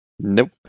Nope